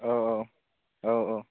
औ औ